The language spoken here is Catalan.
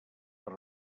per